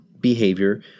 behavior